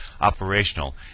operational